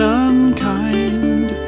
unkind